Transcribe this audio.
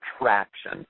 traction